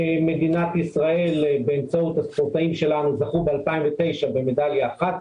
מדינת ישראל באמצעות הספורטאים שלנו זכו ב-2009 במדליה אחת.